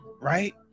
right